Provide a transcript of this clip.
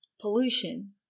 Pollution